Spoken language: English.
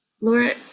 Laura